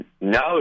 No